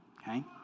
Okay